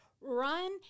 run